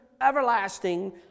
everlasting